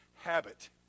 habit